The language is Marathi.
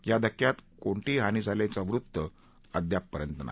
या धक्क्यात कोणतीही हानी झाल्याचं वृत्त अद्याप नाही